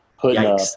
putting